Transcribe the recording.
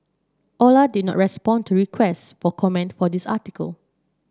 Ola did not respond to request for commented for this article